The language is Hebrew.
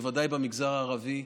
בוודאי במגזר הערבי,